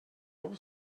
all